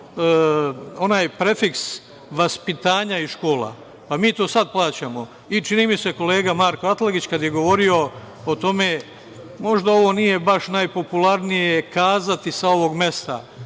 onaj prefiks vaspitanja iz škola. Mi to sada plaćamo. Čini mi se kolega Marko Atlagić kada je govorio o tome - možda ovo nije baš najpopularnije kazati sa ovog mesta,